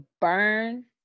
burn